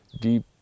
deep